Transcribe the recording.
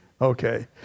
Okay